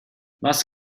was